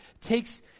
takes